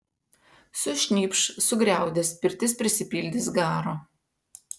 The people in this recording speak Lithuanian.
sušnypš sugriaudės pirtis prisipildys garo